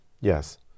Yes